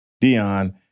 Dion